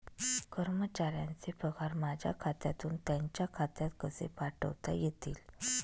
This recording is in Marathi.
कर्मचाऱ्यांचे पगार माझ्या खात्यातून त्यांच्या खात्यात कसे पाठवता येतील?